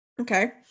okay